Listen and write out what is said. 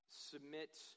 submit